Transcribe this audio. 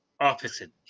opposite